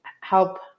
help